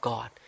God